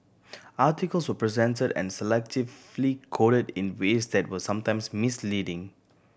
articles were presented and selectively quoted in ways that were sometimes misleading